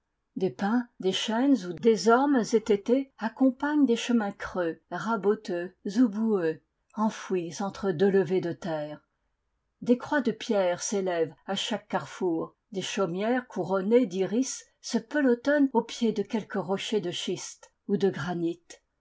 des pins des chênes ou des ormes étêtés accompagnent des chemins creux raboteux ou boueux enfouis entre deux levées de terre des croix de pierre s'élèvent à chaque carrefour des chaumières couronnées d'iris se pelotonnent au pied de quelque rocher de schiste ou de granit